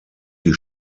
die